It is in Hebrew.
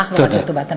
אך ורק לטובת הנשים.